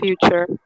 future